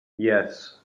yes